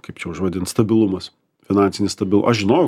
kaip čia užvadint stabilumas finansinis stabil aš žinojau